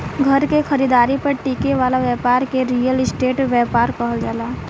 घर के खरीदारी पर टिके वाला ब्यपार के रियल स्टेट ब्यपार कहल जाला